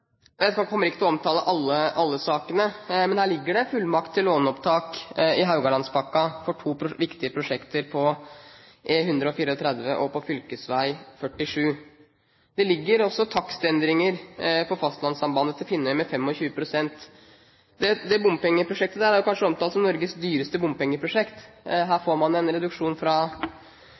Jeg kommer ikke til å omtale alle sakene, men her ligger det fullmakt til låneopptak i Haugalandspakken for to viktige prosjekter på E134 og på fv. 47. Det ligger også takstendringer for fastlandssambandet til Finnøy med 25 pst. Det bompengeprosjektet er kanskje omtalt som Norges dyreste bompengeprosjekt. Her får man en reduksjon fra